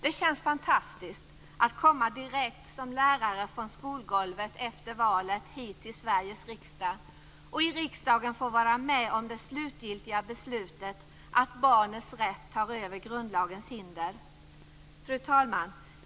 Det känns fantastiskt att efter valet som lärare komma direkt från skolgolvet hit till Sveriges riksdag och att i riksdagen få vara med om det slutgiltiga beslutet att barnens rätt tar över grundlagens hinder. Fru talman!